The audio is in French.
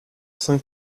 saint